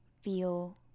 feel